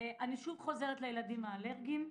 אני שוב חוזרת לילדים האלרגיים.